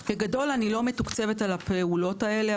בגדול, אני לא מתוקצבת על הפעולות האלה.